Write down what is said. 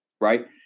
right